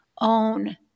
own